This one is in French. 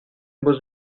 beaux